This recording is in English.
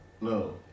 no